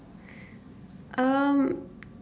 um